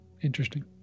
Interesting